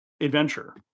adventure